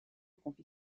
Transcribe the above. confie